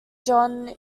john